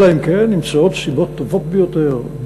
אלא אם כן נמצאות סיבות טובות ביותר,